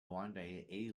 hyundai